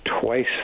twice